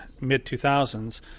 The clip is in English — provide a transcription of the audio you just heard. mid-2000s